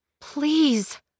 Please-